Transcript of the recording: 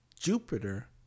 Jupiter